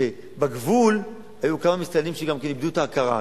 שבגבול היו כמה מסתננים שגם איבדו את ההכרה,